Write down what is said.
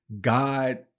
God